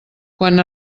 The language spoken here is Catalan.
quan